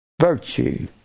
virtue